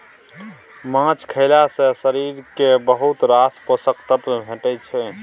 माछ खएला सँ शरीर केँ बहुत रास पोषक तत्व भेटै छै